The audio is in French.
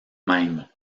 même